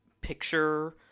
picture